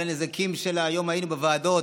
והיום היינו בוועדות,